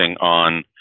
on